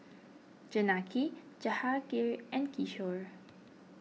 Janaki Jahangir and Kishore